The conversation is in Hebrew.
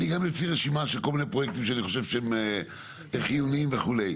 אני גם אוציא רשימה של כל מיני פרויקטים שאני חושב שהם חיוניים וכו'.